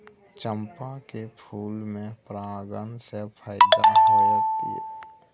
चंपा के फूल में परागण से फायदा होतय?